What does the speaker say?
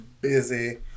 busy